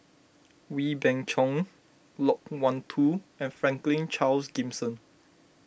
Wee Beng Chong Loke Wan Tho and Franklin Charles Gimson